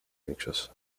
anxious